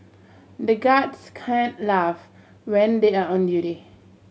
the guards can't laugh when they are on duty